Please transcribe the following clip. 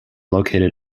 located